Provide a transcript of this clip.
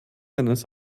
eines